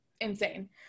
insane